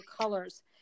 colors